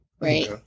Right